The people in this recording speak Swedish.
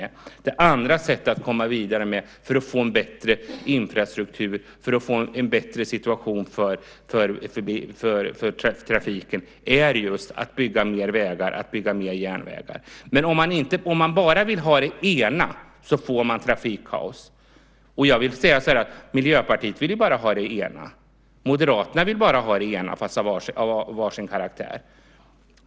Det andra sättet att komma vidare när det gäller att få en bättre infrastruktur och en bättre situation för trafiken är just att bygga mer vägar och järnvägar. Men om man bara vill ha det ena, så får man trafikkaos. Miljöpartiet vill bara ha det ena, och Moderaterna vill bara ha det ena - fast det är inte samma sak de vill ha.